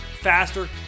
faster